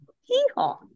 hee-haw